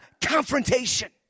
confrontation